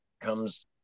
comes